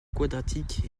quadratique